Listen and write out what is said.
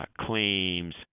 Claims